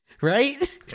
Right